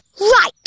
Right